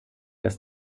ist